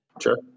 Sure